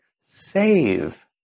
save